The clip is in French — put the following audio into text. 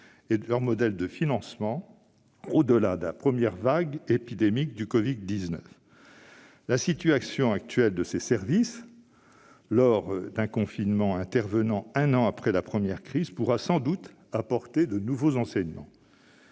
et sur leur modèle de financement au-delà de la première vague épidémique de covid-19. La situation actuelle de ces services, lors d'un confinement intervenant un an après la première crise, pourra sans doute apporter de nouveaux enseignements.